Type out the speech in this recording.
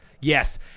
Yes